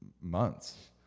months